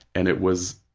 and it was,